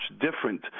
different